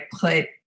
put